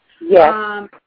Yes